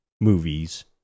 movies